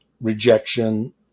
rejection